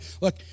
look